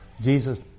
Jesus